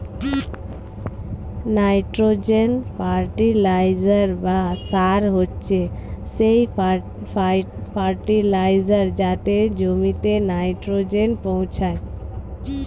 nitrogen fertiliser বা সার হচ্ছে সেই ফার্টিলাইজার যাতে জমিতে নাইট্রোজেন পৌঁছায়